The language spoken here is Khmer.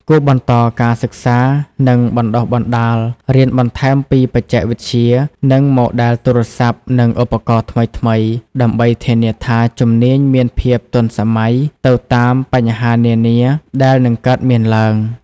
គួរបន្តការសិក្សា និងបណ្តុះបណ្តាល រៀនបន្ថែមពីបច្ចេកវិទ្យា និងម៉ូដែលទូរស័ព្ទ និងឧបករណ៍ថ្មីៗ ដើម្បីធានាថាជំនាញមានភាពទាន់សម័យ ទៅតាមបញ្ហានានាដែលនឹងកើតមានទ្បើង។